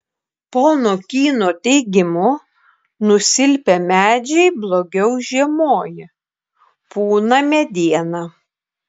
pono kyno teigimu nusilpę medžiai blogiau žiemoja pūna mediena